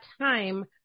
time